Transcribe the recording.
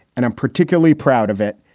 and i'm particularly proud of it.